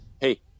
hey